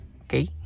Okay